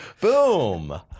boom